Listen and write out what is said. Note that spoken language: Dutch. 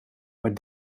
maar